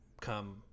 come